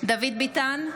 דוד ביטן,